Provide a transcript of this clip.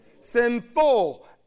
sinful